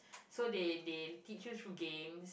so they they teach you through game